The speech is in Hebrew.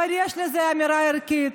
אבל יש בזה אמירה ערכית: